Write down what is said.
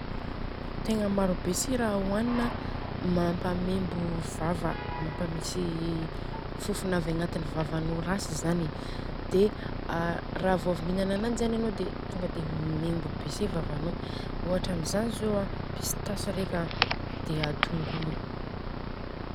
Tegna maro be sy raha ohanina mampamembo vava, mampisy fofona avy agnaty vavanô ratsy zany dia a ravô avy minana ananjy zany anô dia tonga dia membo be se vavanô. Ohatra amizany zô dia pistasy reka an, a tongolo.